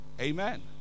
Amen